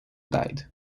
died